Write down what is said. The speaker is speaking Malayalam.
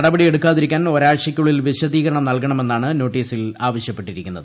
നടപടി എടുക്കാതിരിക്കാൻ ഒരാഴ്ചയ്ക്കുള്ളിൽ വിശദീകരണം നൽകണമെന്നാണ് നോട്ടീസിൽ ആവശ്യപ്പെട്ടിരിക്കുന്നത്